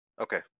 Okay